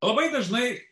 labai dažnai